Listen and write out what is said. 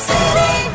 City